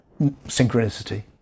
synchronicity